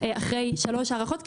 אחרי שלוש הארכות,